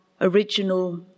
original